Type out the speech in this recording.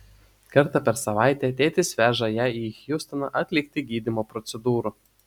kartą per savaitę tėtis veža ją į hjustoną atlikti gydymo procedūrų